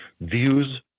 Views